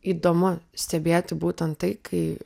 įdomu stebėti būtent tai kai